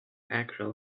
actual